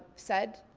said